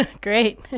great